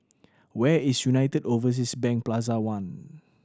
where is United Overseas Bank Plaza One